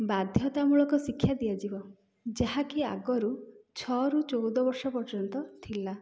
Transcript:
ବାଧ୍ୟତାମୂଳକ ଶିକ୍ଷା ଦିଆଯିବ ଯାହାକି ଆଗରୁ ଛଅରୁ ଚଉଦ ବର୍ଷ ପର୍ଯ୍ୟନ୍ତ ଥିଲା